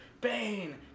Bane